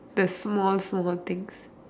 the small small things